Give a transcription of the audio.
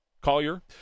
Collier